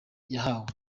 yahawe